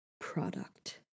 product